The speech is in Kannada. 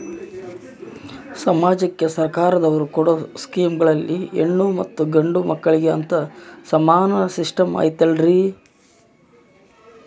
ಸಮಾಜಕ್ಕೆ ಸರ್ಕಾರದವರು ಕೊಡೊ ಸ್ಕೇಮುಗಳಲ್ಲಿ ಹೆಣ್ಣು ಮತ್ತಾ ಗಂಡು ಮಕ್ಕಳಿಗೆ ಅಂತಾ ಸಮಾನ ಸಿಸ್ಟಮ್ ಐತಲ್ರಿ?